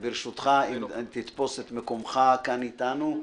תפוס את מקומך כאן אתנו.